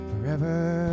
forever